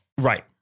Right